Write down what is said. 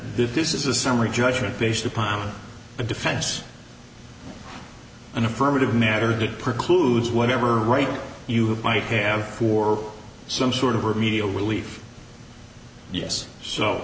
if this is a summary judgment based upon the defense an affirmative matter that precludes whatever right you have might have for some sort of remedial relief yes so